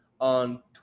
on